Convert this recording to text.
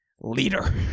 leader